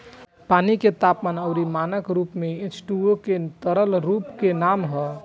पानी के तापमान अउरी मानक रूप में एचटूओ के तरल रूप के नाम ह